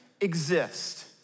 exist